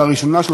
התשע"ה 2015,